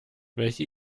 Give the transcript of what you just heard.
welche